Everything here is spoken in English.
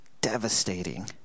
devastating